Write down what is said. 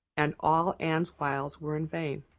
and all anne's wiles were in vain.